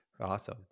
awesome